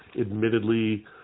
admittedly